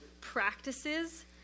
practices